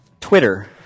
Twitter